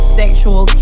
sexual